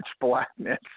blackness